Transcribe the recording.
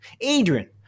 Adrian